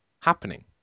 happening